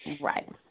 Right